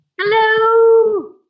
Hello